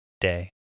day